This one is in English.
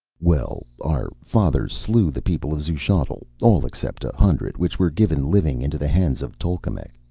well, our fathers slew the people of xuchotl, all except a hundred which were given living into the hands of tolkemec,